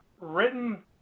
written